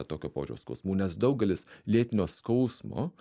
tokio pobūdžio skausmų nes daugelis lėtinio skausmo